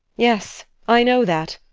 yes i know that.